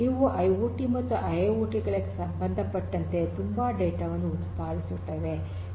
ಇವು ಐಓಟಿ ಮತ್ತು ಐಐಓಟಿ ಗಳಿಗೆ ಸಂಬಂಧಪಟ್ಟಂತೆ ತುಂಬಾ ಡೇಟಾ ವನ್ನು ಉತ್ಪಾದಿಸುತ್ತವೆ